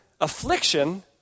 affliction